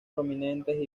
prominentes